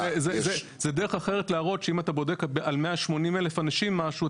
זה דרך אחרת להראות שאם אתה בודק על 180 אלף אנשים משהו,